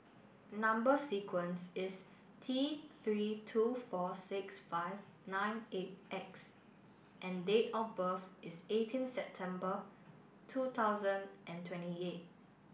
number sequence is T three two four six five nine eight X and date of birth is eighteen September two thousand and twenty eight